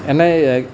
এনেই